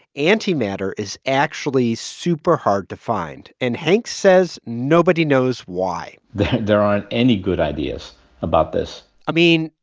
antimatter is actually super hard to find. and hangst says nobody knows why there aren't any good ideas about this i mean,